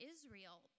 Israel